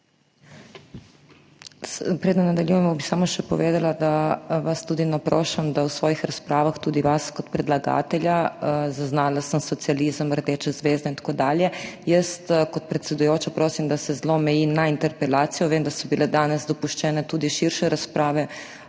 Preden nadaljujemo, bi samo še povedala, da vas tudi naprošam, da v svojih razpravah tudi vas kot predlagatelja, zaznala sem socializem, rdeče zvezde in tako dalje. Jaz kot predsedujoča prosim, da se zelo omeji na interpelacijo, vem, da so bile danes dopuščene tudi širše razprave,